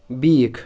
بیٖکھ